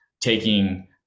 taking